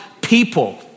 people